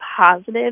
positive